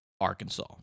Arkansas